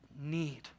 need